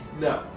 No